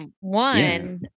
One